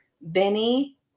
Benny